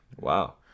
Wow